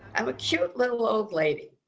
i'm a cute little old lady.